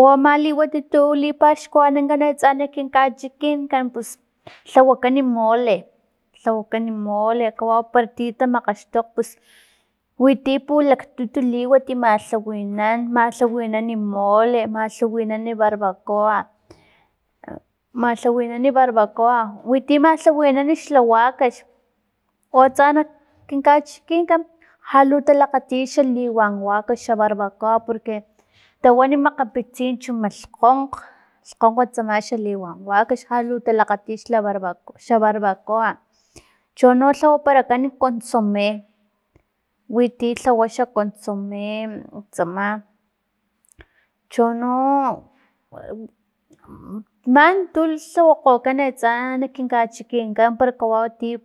U ama liwat untu lipaxkuanakan atsa nak kin kachikinkan pus lhawakan mole lhawakan mole kawau parati tamakgaxtokgma pus witi pulaktu liwat malhawinan malhawaninan mole, malhawinan barbacoa, malhawaninan barbacoa witi malhawinan xla wakax o atsa nak kin kachikinkan jalu talakgati xa liwa wakax xa liwa barbacoa porque tawan makgapitsin chu mat lhkgonkg, lhkgonkg tsama liwan wakax jalu talakgati xla barbacoa, chono lhawaparakan consome, witi lhawa xa consome tsama chono man tu lhawakhokan atsa nak kin kachikinkan para kawau parati